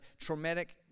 traumatic